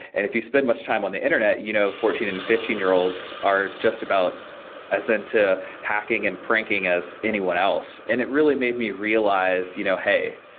and if you spend much time on the internet, you know fourteen and fifteen year olds are just about as into hacking and pranking as anyone else. and it really made me realize, you know, hey,